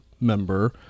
member